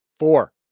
four